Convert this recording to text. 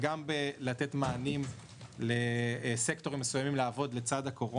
וגם במתן מענים לסקטורים מסוימים לעבוד לצד הקורונה.